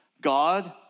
God